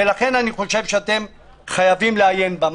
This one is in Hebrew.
לכן אני חושב שאתם חייבים לעיין בה.